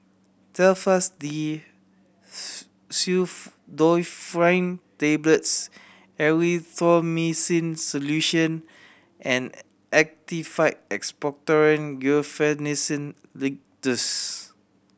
Telfast D Pseudoephrine Tablets Erythroymycin Solution and Actified Expectorant Guaiphenesin Linctus